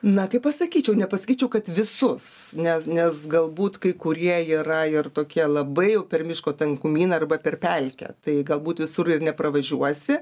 na kaip pasakyčiau nepasakyčiau kad visus nes nes galbūt kai kurie yra ir tokie labai jau per miško tankumyną arba per pelkę tai galbūt visur ir nepravažiuosi